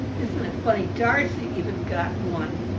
isn't it funny. darcey even got one.